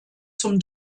zum